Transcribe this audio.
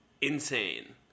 insane